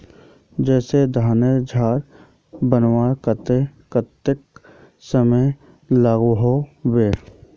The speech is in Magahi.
जैसे धानेर झार बनवार केते कतेक समय लागोहो होबे?